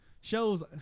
Shows